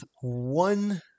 one